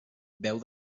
beu